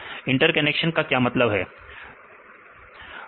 interaction का क्या मतलब होता है